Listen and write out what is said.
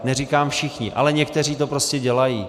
Neříkám všichni, ale někteří to prostě dělají.